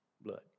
blood